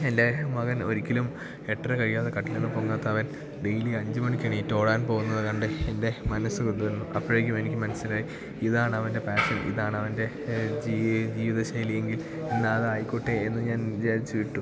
എൻ്റെ മകൻ ഒരിക്കലും എട്ടര കഴിയാതെ കട്ടിലിൽ നിന്ന് പൊങ്ങാത്ത അവൻ ഡെയ്ലി അഞ്ച് മണിക്ക് എണീറ്റ് ഓടാൻ പോകുന്നത് കണ്ടു എൻ്റെ മനസ് കുതിര്ന്നു അപ്പഴേക്കും എനിക്ക് മനസ്സിലായി ഇതാണ് അവൻ്റെ പാഷൻ ഇതാണ് അവൻ്റെ ജീവിതശൈലി എങ്കിൽ എന്നാൽ അതായിക്കോട്ടെ എന്നു ഞാൻ വിചാരിച്ചു വിട്ടു